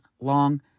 long